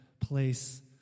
Place